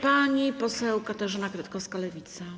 Pani poseł Katarzyna Kretkowska, Lewica.